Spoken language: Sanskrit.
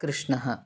कृष्णः